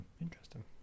Interesting